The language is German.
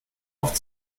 oft